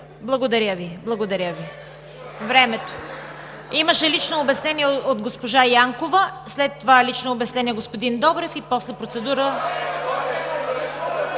благодаря Ви, времето! Имаше лично обяснение от госпожа Янкова, след това лично обяснение – господин Добрев. (Силен шум